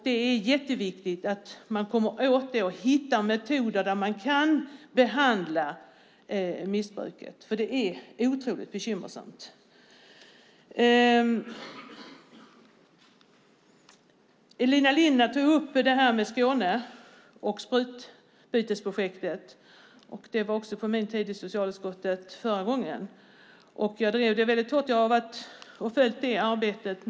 Det är viktigt att man hittar metoder för att behandla missbruksproblemet eftersom det är otroligt bekymmersamt. Elina Linna tog i sitt anförande upp sprututbytesprojektet i Skåne. Den frågan fanns även i socialutskottet förra gången som jag satt där. Jag drev denna fråga hårt.